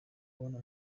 kubona